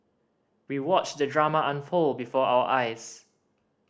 we watched the drama unfold before our eyes